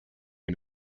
and